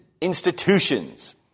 institutions